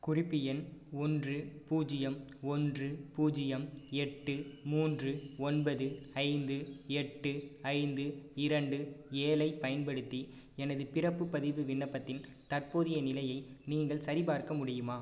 குறிப்பு எண் ஒன்று பூஜ்ஜியம் ஒன்று பூஜ்ஜியம் எட்டு மூன்று ஒன்பது ஐந்து எட்டு ஐந்து இரண்டு ஏழைப் பயன்படுத்தி எனது பிறப்புப் பதிவு விண்ணப்பத்தின் தற்போதைய நிலையை நீங்கள் சரிபார்க்க முடியுமா